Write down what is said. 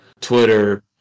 Twitter